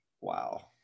Wow